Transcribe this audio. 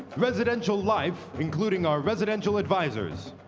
residential life, including ah residential advisors,